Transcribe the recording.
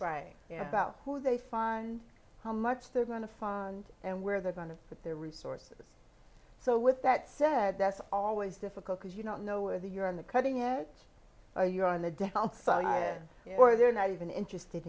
pray about who they fund how much they're going to fund and where they're going to put their resources so with that said that's always difficult because you don't know where the you're on the cutting it or you're on the downside or they're not even interested